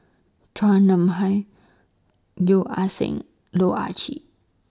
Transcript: Chua Nam Hai Yeo Ah Seng Loh Ah Chee